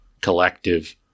collective